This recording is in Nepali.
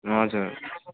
हजुर